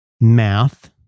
math